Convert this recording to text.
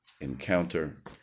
encounter